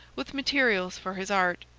with materials for his art.